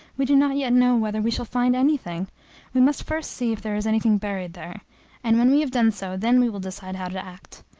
we do not yet know whether we shall find any thing we must first see if there is any thing buried there and when we have done so, then we will decide how to act.